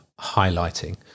highlighting